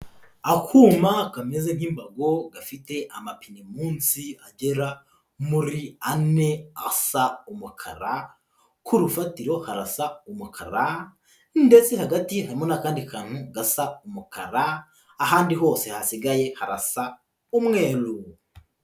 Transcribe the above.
Akuma kameze nk'imbago gafite amapine munsi agera muri ane asa umukara, ku rufatiro harasa umukara ndetse hagati harimo n'akandi kantu gasa umukara, ahandi hose hasigaye harasa umweru.